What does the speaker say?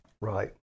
Right